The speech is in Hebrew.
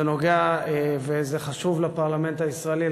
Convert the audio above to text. זה נוגע וזה חשוב לפרלמנט הישראלי,